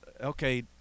okay